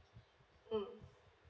mm